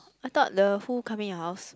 I thought the who coming your house